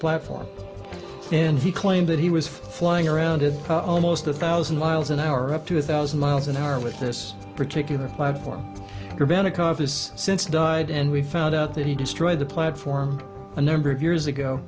platform and he claimed that he was flying around it almost a thousand miles an hour of two thousand miles an hour with this particular platform dramatic office since died and we found out that he destroyed the platform a number of years ago